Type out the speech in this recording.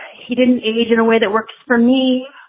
he didn't eat in a way that works for me.